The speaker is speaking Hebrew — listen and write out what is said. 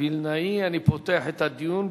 בית-משפט לעניינים מקומיים ובית-משפט לתביעות קטנות.